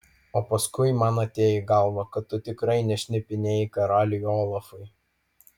o paskui man atėjo į galvą kad tu tikrai nešnipinėjai karaliui olafui